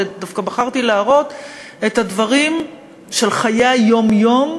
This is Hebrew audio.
ודווקא בחרתי להראות את הדברים של חיי היום-יום,